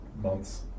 months